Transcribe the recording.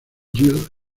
gil